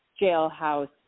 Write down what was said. jailhouse